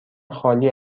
خالی